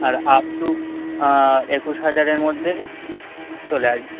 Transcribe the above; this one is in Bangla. আর আপটু একুশ হাজারের মধ্যে চলে আসবে